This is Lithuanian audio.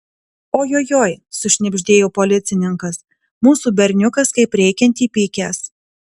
ojojoi sušnibždėjo policininkas mūsų berniukas kaip reikiant įpykęs